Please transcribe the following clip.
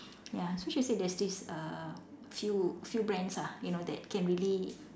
ya so she said there's this uh few few brands ah you know that can really